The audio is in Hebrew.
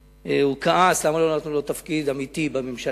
הוא כעס, למה לא נתנו לו תפקיד אמיתי בממשלה.